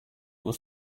was